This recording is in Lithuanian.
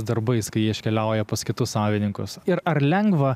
darbais kai jie iškeliauja pas kitus savininkus ir ar lengva